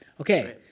Okay